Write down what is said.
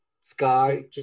Sky